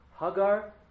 Hagar